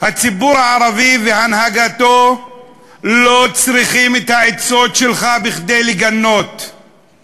הציבור הערבי והנהגתו לא צריכים את העצות שלך כדי לגנות,